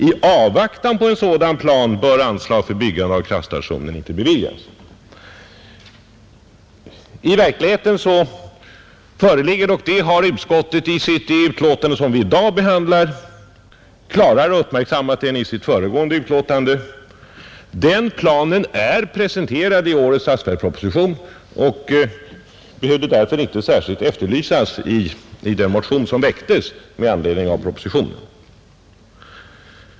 I avvaktan på en sådan plan bör anslag för byggande av Ritsems kraftstation ——— inte beviljas.” I verkligheten har en sådan plan — och det har utskottet klarare uppmärksammat i det betänkande vi i dag behandlar än det hade i sitt föregående betänkande — presenterats i årets statsverksproposition, och den behövde därför inte särskilt efterlysas i den motion som väcktes med anledning av propositionen.